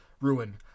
ruin